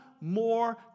more